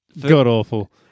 God-awful